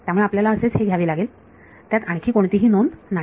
त्यामुळे आपल्याला असेच हे घ्यावे लागेल त्यात आणखी कोणतीही नोंद नाही